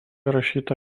įrašyta